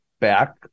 back